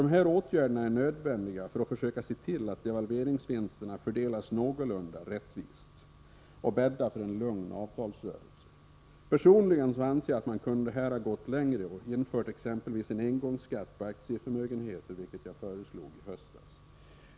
Dessa åtgärder är nödvändiga för att försöka se till att devalveringsvinsterna fördelas någorlunda rättvist och bädda för en lugn avtalsrörelse. Personligen anser jag att man här kunde ha gått längre och exempelvis infört en engångsskatt på aktieförmögenheter, vilket jag föreslog i höstas.